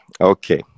okay